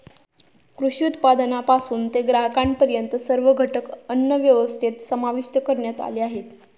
कृषी उत्पादनापासून ते ग्राहकांपर्यंत सर्व घटक अन्नव्यवस्थेत समाविष्ट करण्यात आले आहेत